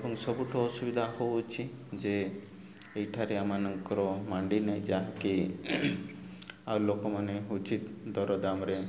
ଏବଂ ସବୁଠୁ ଅସୁବିଧା ହେଉଛି ଯେ ଏଇଠାରେ ଆମାନଙ୍କର ମଣ୍ଡି ନହିଁ ଯାହାକି ଆଉ ଲୋକମାନେ ଉଚିତ ଦରଦାମରେ